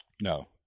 No